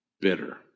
bitter